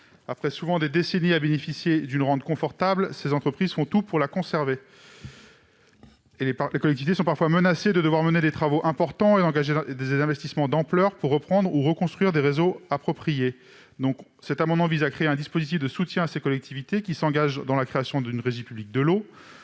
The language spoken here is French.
pendant des décennies d'une rente confortable et font tout pour la conserver. Les collectivités sont parfois menacées de devoir mener des travaux importants et d'engager des investissements d'ampleur pour reprendre ou reconstruire les réseaux appropriés. Cet amendement vise donc à créer un dispositif de soutien aux collectivités qui s'engagent dans la création d'une régie publique de l'eau.